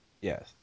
Yes